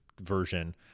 version